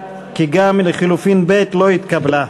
ההסתייגות לחלופין (א) לא התקבלה.